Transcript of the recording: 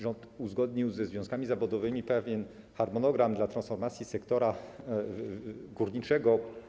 Rząd uzgodnił ze związkami zawodowymi pewien harmonogram transformacji sektora górniczego.